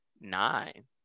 nine